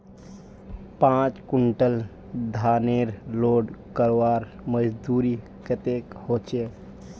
पाँच कुंटल धानेर लोड करवार मजदूरी कतेक होचए?